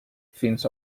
fins